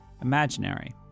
IMAGINARY